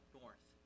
north